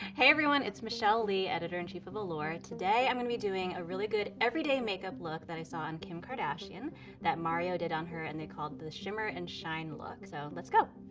hey everyone, it's michelle lee, editor-in-chief of allure. today, i'm gonna be doing a real good everyday makeup look that i saw on kim kardashian that mario did on her and they called the shimmer and shine look. so let's go.